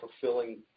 fulfilling